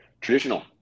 Traditional